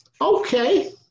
okay